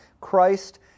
Christ